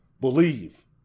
Believe